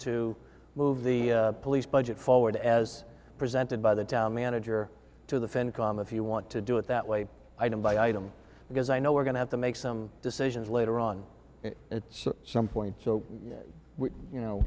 to move the police budget forward as presented by the town manager to the fan com if you want to do it that way item by item because i know we're going to have to make some decisions later on at some point so you know